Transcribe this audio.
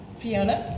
fiona?